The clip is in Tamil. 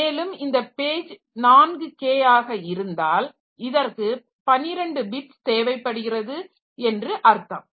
மேலும் இந்த பேஜ் 4K ஆக இருந்தால் இதற்கு 12 பிட்ஸ் தேவைப்படுகிறது என்று அர்த்தம்